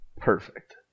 Perfect